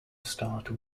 start